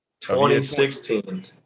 2016